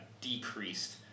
decreased